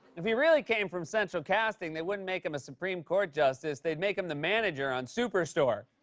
if he really came from central casting, they wouldn't make him a supreme court justice. they'd make him the manager on superstore.